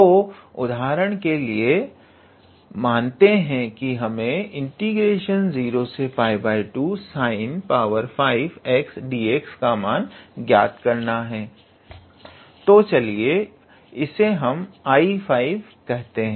तो उदाहरण के लिए मानते है की हमे 0π2sin5xdx का मान ज्ञात करने को कहा गया है तो चलिये इसे हम 𝐼5 कहते हैं